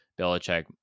Belichick